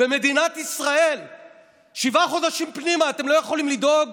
במדינת ישראל שבעה חודשים פנימה אתם לא יכולים לדאוג